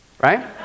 right